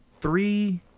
three